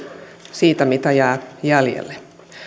siitä mitä jää jäljelle